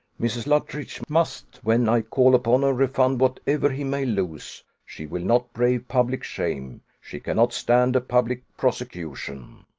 mrs. luttridge must, when i call upon her, refund whatever he may lose she will not brave public shame she cannot stand a public prosecution.